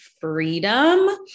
freedom